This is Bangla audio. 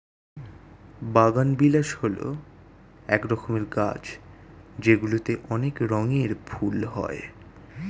বাগানবিলাস হল এক রকমের গাছ যেগুলিতে অনেক রঙের ফুল হয়